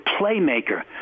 playmaker